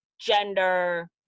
gender